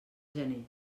gener